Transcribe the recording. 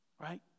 Right